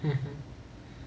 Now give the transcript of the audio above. mmhmm